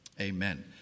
Amen